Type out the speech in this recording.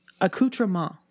accoutrement